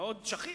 דבר מאוד שכיח,